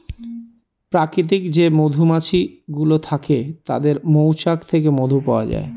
প্রাকৃতিক যে মধুমাছি গুলো থাকে তাদের মৌচাক থেকে মধু পাওয়া যায়